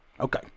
okay